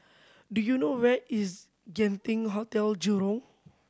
do you know where is Genting Hotel Jurong